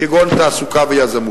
כגון תעסוקה ויזמות,